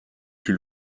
plus